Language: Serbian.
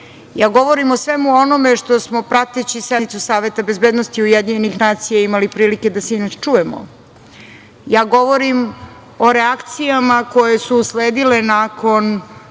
Ja govorim o svemu onome što smo prateći sednicu Saveta bezbednosti UN imali prilike da sinoć čujemo. Ja govorim o reakcijama koje su usledile nakon